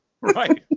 right